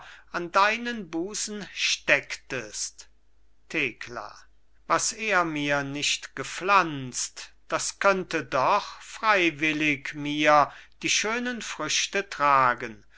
an deinen busen stecktest thekla was er mir nicht gepflanzt das könnte doch freiwillig mir die schönen früchte tragen